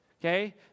okay